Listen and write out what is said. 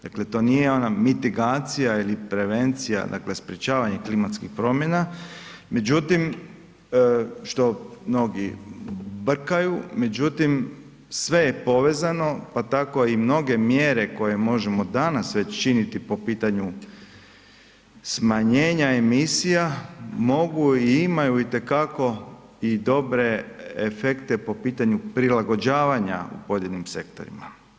Dakle, to nije ono mitigacija ili prevencija, dakle sprječavanje klimatskih promjena, međutim, što mnogi brkaju, međutim, sve je povezano, pa tako i mnoge mjere koje možemo danas već činiti po pitanju smanjenja emisija, mogu i imaju itekako i dobre efekte po pitanju prilagođavanja u pojedinim sektorima.